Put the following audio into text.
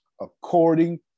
according